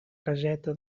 caseta